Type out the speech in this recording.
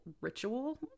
ritual